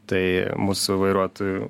tai mūsų vairuotojų